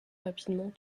rapidement